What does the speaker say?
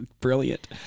brilliant